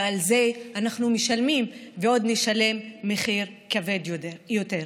ועל זה אנחנו משלמים ועוד נשלם מחיר כבד יותר.